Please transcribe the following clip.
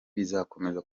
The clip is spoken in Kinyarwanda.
bizakomeza